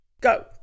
Go